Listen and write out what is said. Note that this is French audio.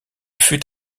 fut